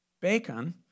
bacon